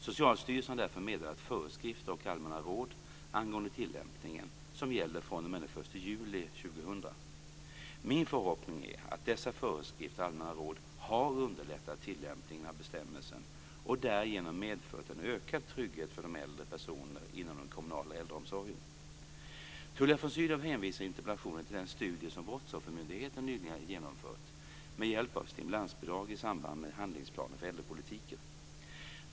Socialstyrelsen har därför meddelat föreskrifter och allmänna råd angående tillämpningen som gäller fr.o.m. den 1 juli 2000. Min förhoppning är att dessa föreskrifter och allmänna råd har underlättat tillämpningen av bestämmelsen och därigenom medfört en ökad trygghet för äldre personer inom den kommunala äldreomsorgen. Tullia von Sydow hänvisar i interpellationen till den studie som Brottsoffermyndigheten nyligen har genomfört, med hjälp av stimulansbidrag i samband med handlingsplanen för äldrepolitiken.